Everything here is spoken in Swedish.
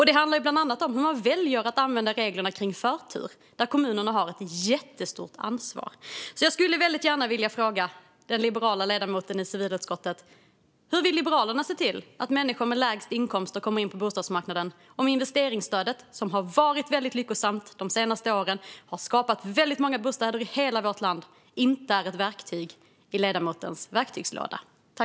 Det handlar bland annat om hur man väljer att använda reglerna kring förtur, där kommunerna har ett jättestort ansvar. Jag skulle väldigt gärna vilja fråga den liberala ledamoten i civilutskottet: Hur vill Liberalerna se till att människor med lägst inkomster kommer in på bostadsmarknaden om investeringsstödet, som har varit väldigt lyckosamt de senaste åren och som har skapat väldigt många bostäder i hela vårt land, inte är ett verktyg i ledamotens verktygslåda?